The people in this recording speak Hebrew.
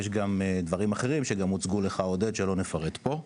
יש גם דברים אחרים שגם הוצגו לך עודד שלא נפרט פה,